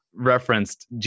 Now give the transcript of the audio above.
referenced